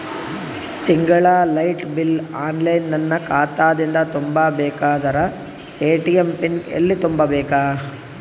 ತಿಂಗಳ light bill online ನನ್ನ ಖಾತಾ ದಿಂದ ತುಂಬಾ ಬೇಕಾದರ ಎ.ಟಿ.ಎಂ ಪಿನ್ ಎಲ್ಲಿ ತುಂಬೇಕ?